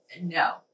no